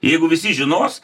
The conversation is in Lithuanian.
jeigu visi žinos